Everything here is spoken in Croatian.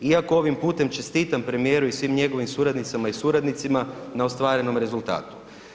Iako ovim putem čestitam premijeru i svim njegovim suradnicama i suradnicima na ostvarenom rezultatu.